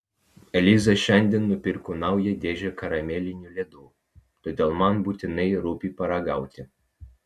eliza šiandien nupirko naują dėžę karamelinių ledų todėl man būtinai rūpi paragauti